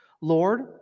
Lord